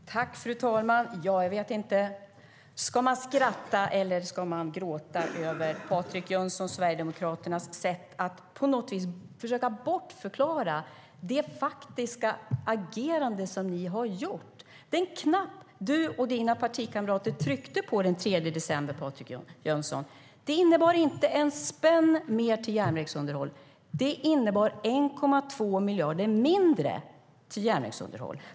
STYLEREF Kantrubrik \* MERGEFORMAT KommunikationerDen knapp du och dina partikamrater tryckte på den 3 december, Patrik Jönsson, innebar inte en spänn mer till järnvägsunderhåll. Den innebar 1,2 miljarder mindre till järnvägsunderhåll.